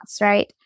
right